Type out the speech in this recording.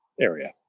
area